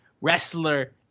wrestler